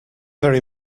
very